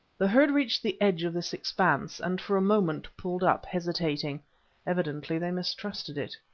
the herd reached the edge of this expanse, and for a moment pulled up, hesitating evidently they mistrusted it.